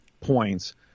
points